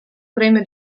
premio